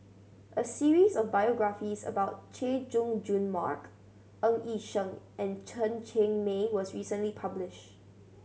a series of biographies about Chay Jung Jun Mark Ng Yi Sheng and Chen Cheng Mei was recently publish